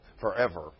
forever